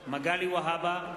מגלי והבה,